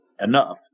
enough